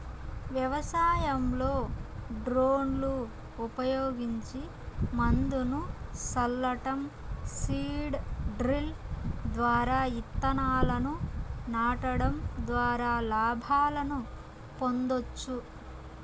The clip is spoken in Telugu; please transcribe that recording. వ్యవసాయంలో డ్రోన్లు ఉపయోగించి మందును సల్లటం, సీడ్ డ్రిల్ ద్వారా ఇత్తనాలను నాటడం ద్వారా లాభాలను పొందొచ్చు